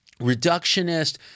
reductionist